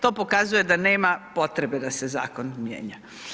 To pokazuje da nema potrebe da se zakon mijenja.